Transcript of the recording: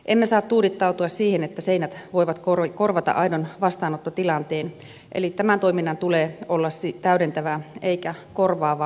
emme saa tuudittautua siihen että seinät voivat korvata aidon vastaanottotilanteen eli tämän toiminnan tulee olla täydentävää eikä korvaavaa